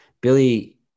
Billy